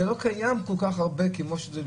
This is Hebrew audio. זה לא קיים במדינות אחרות.